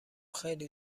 خیلی